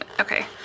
okay